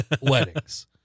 weddings